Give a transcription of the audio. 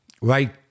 Right